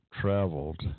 traveled